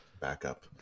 backup